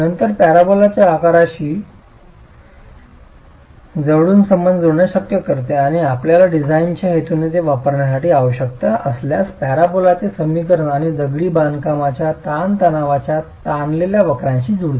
नंतर परबोलाच्या आकाराशी जवळून संबंध जोडणे शक्य करते आणि आपल्याला डिझाइनच्या हेतूने ते वापरण्याची आवश्यकता असल्यास पॅराबोलाचे समीकरण अगदी दगडी बांधकामाच्या तणावाच्या ताणलेल्या वक्रांशी जुळते